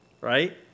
right